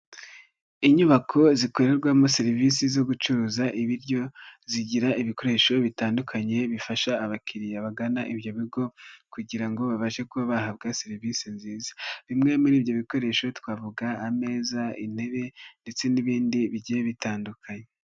Inyubako zikorerwamo serivisi zo gucuruza ibiryo, zigira ibikoresho bitandukanye bifasha abakiriya bagana ibyo bigo kugira babashe kuba bahabwa serivisi nziza. Bimwe muri ibyo bikoresho twavuga ameza, intebe ndetse n'ibindi bigiye bitandukanye.